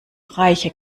reiche